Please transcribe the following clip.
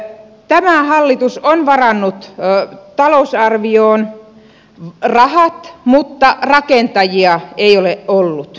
tämä hallitus on varannut talousarvioon rahat mutta rakentajia ei ole ollut